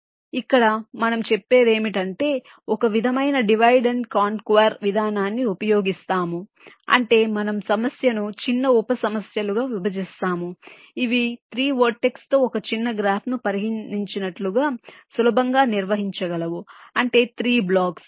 కాబట్టి ఇక్కడ మనం చెప్పేది ఏమిటంటే మనము ఒక విధమైన డివైడ్ అండ్ కాంక్వెర్ విధానాన్ని ఉపయోగిస్తాము అంటే మనము సమస్యను చిన్న ఉప సమస్యలుగా విభజిస్తాము ఇవి 3 వెర్టెక్స్ తో ఒక చిన్న గ్రాఫ్ను పరిగణించినట్లుగా సులభంగా నిర్వహించగలవు అంటే 3 బ్లాక్స్